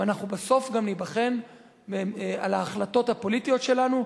ואנחנו בסוף גם ניבחן על ההחלטות הפוליטיות שלנו,